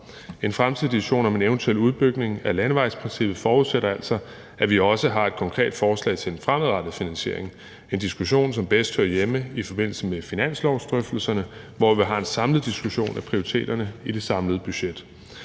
En fremtidig diskussion om en eventuel udbygning af landevejsprincippet forudsætter altså, at vi også har et konkret forslag til en fremadrettet finansiering, en diskussion, som bedst hører hjemme i forbindelse med finanslovsdrøftelserne, hvor vi har en samlet diskussion af prioriteterne i det samlede budget.